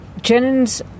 Jennings